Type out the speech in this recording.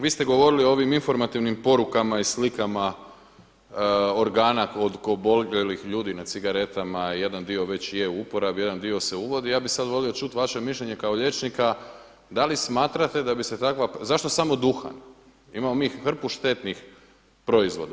Vi ste govorili o ovim informativnim porukama i slikama organa oboljelih ljudi na cigaretama, jedan dio već je u uporabi, jedan dio se uvodi, ja bih sada volio čuti vaše mišljenje kao liječnika da li smatrate da bi se takva, zašto samo duhan jer imamo mi hrpu štetnih proizvoda?